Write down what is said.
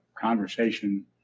conversation